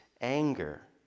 anger